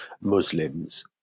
Muslims